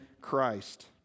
Christ